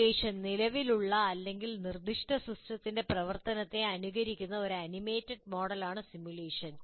simulation നിലവിലുള്ള അല്ലെങ്കിൽ നിർദ്ദിഷ്ട സിസ്റ്റത്തിന്റെ പ്രവർത്തനത്തെ അനുകരിക്കുന്ന ഒരു ആനിമേറ്റഡ് മോഡലാണ് സിമുലേഷൻ